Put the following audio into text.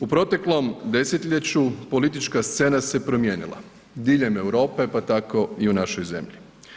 U proteklom desetljeću politička scena se promijenila, diljem Europe pa tako i u našoj zemlji.